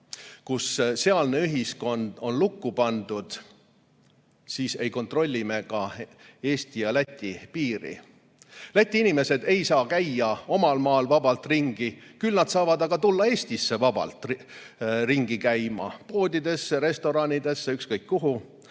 sealne ühiskond on lukku pandud, aga me ei kontrolli ka Eesti ja Läti piiri. Läti inimesed ei saa käia omal maal vabalt ringi, küll aga saavad nad tulla Eestisse vabalt ringi käima, poodidesse, restoranidesse, ükskõik kuhu.